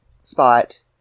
spot